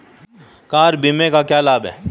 Car बीमा का क्या लाभ है?